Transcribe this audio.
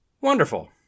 wonderful